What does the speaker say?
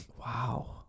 wow